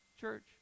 church